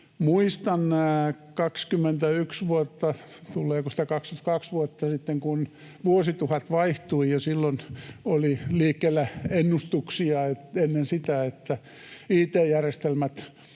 Muistan 21 vuotta, vai tuleeko siitä 22 vuotta sitten, kun vuosituhat vaihtui ja ennen sitä oli liikkeellä ennustuksia, että it-järjestelmät